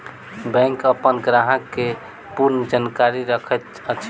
bank अपन ग्राहक के पूर्ण जानकारी रखैत अछि